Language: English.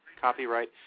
copyright